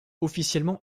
officiellement